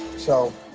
so,